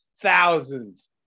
thousands